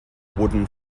wooden